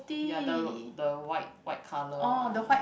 ya the the white white colour one